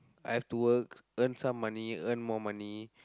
I have to work earn some money earn more money